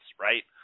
right